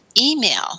email